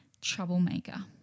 troublemaker